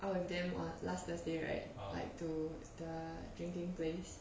out with them on last thursday right like to the drinking place